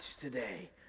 today